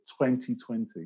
2020